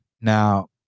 now